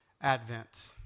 Advent